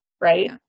right